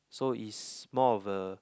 so it's more of a